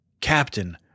captain